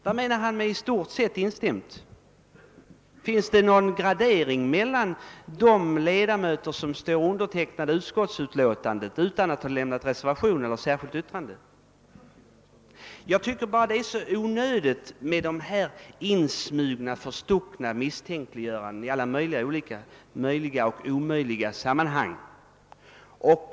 Vad menar han med >i stort sett instämt»? Gör han någon gradering av de ledamöter som har undertecknat utskottsutlåtandet utan att avlämna reservation eller göra något särskilt yttrande? Jag tycker det är onödigt med dessa insmugna förstuckna misstänkliggöranden i alla möjliga och omöjliga sammanhang.